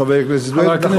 חבר הכנסת סוייד חבר הכנסת,